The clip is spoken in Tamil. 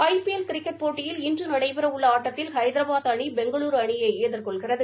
ஐ பி எல் கிரிக்கெட் போட்டியில் இன்று நடைபெறவுள்ள ஆட்டத்தில் ஹைதராபாத் அணி பெங்களூரு அணியை எதிர்கொள்கிறது